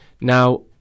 Now